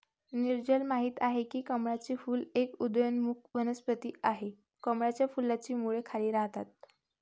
नीरजल माहित आहे की कमळाचे फूल एक उदयोन्मुख वनस्पती आहे, कमळाच्या फुलाची मुळे खाली राहतात